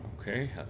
Okay